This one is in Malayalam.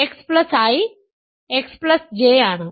ф xI xJ ആണ്